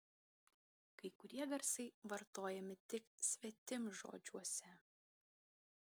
kai kurie garsai vartojami tik svetimžodžiuose